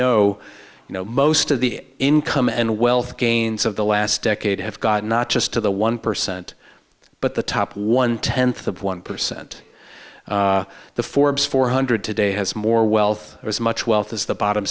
know you know most of the income and wealth gains of the last decade have gotten not just to the one percent but the top one tenth of one percent the forbes four hundred today has more wealth as much wealth as the bottom